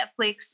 Netflix